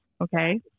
okay